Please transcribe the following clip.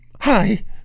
Hi